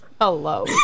Hello